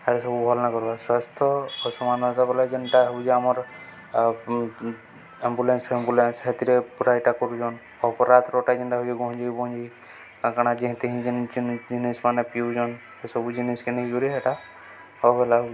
ଏଟ ସବୁ ଭଲ ନ କର ସ୍ୱାସ୍ଥ୍ୟ ଅସମାନ ହେ ବଲେ ଯେନ୍ଟା ହେଉଛି ଆମର ଆମ୍ବୁଲାନ୍ସ ଫେମ୍ବୁଲେନ୍ସ ସେଥିରେ ପୁରା ଏଇଟା କରୁଛନ୍ ଅପରାତ୍ରଟା ଯେନ୍ଟା ଉଚି ଗହ୍ଜେଇ ଗଞ୍ଜେଇ କାକଣା ଯେହିଁତିି ହିିଁ ଜିନିଷ୍ ମାନେ ପିଉଛନ୍ ଏସବୁ ଜିନିଷ୍ କିଣି କରି ଏଟା ହ ବଲା